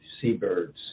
seabirds